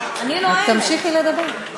כי אתה לא היית במטווח בחודשים האחרונים.